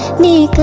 need